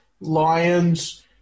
Lions